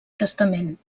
testament